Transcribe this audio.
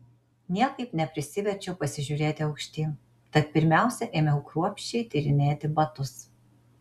niekaip neprisiverčiau pasižiūrėti aukštyn tad pirmiausia ėmiau kruopščiai tyrinėti batus